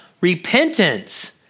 repentance